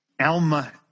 Alma